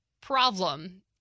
problem